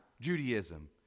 Judaism